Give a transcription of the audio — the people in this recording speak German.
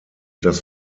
das